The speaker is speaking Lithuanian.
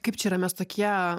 kaip čia yra mes tokie